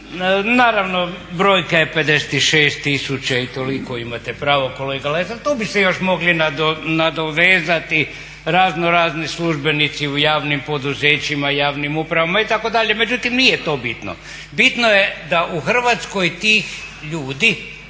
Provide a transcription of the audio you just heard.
Naravno brojka je 56 tisuća i toliko, imate pravo kolega Lesar. Tu bi se još mogli nadovezati raznorazni službenici u javnim poduzećima, javnim upravama itd. Međutim, nije to bitno. Bitno je da u Hrvatskoj tih ljudi